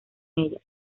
ellas